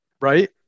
right